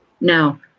No